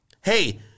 Hey